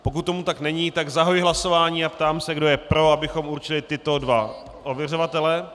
Pokud tomu tak není, zahajuji hlasování a ptám se, kdo je pro, abychom určili tyto dva ověřovatele.